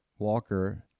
Walker